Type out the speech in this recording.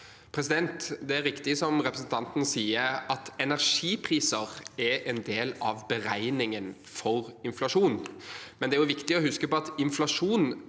Det er riktig som representanten sier, at energipriser er en del av beregningen for inflasjon, med det er viktig å huske på at inflasjonen